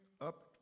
up